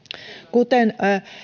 kuten